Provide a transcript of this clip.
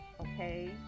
Okay